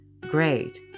Great